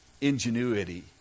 ingenuity